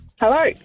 hello